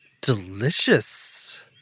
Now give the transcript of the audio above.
delicious